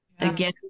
again